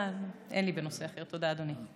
אין לי בנושא אחר, תודה, אדוני.